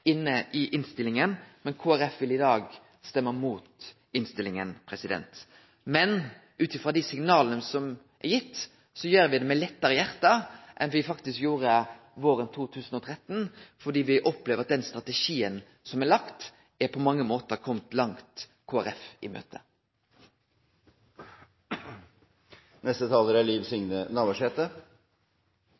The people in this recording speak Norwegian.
inne i innstillinga, men Kristeleg Folkeparti vil i dag stemme imot innstillinga. Ut ifrå dei signala som er gitt, gjer me det med lettare hjarte enn me faktisk gjorde våren 2013, fordi me opplever at den strategien som er lagd, på mange måtar er komen Kristeleg Folkeparti langt i møte.